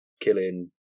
killing